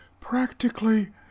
Practically